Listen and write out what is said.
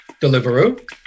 Deliveroo